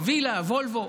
וילה, וולוו,